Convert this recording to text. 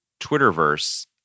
Twitterverse